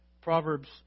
Proverbs